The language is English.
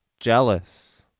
Jealous